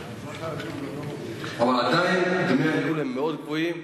אבל עדיין דמי הניהול מאוד גבוהים.